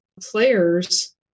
players